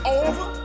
over